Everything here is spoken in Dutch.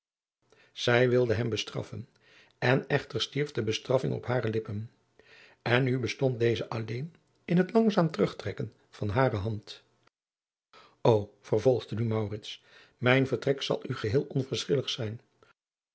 zij wilde hem bestrasfen en echter stierf de bestraffing op hare lippen en nu bestond deze alleen in het langzaam terugtrekken van hare hand ô vervolgde nu maurits mijn vertrek zal u geheel onverschillig zijn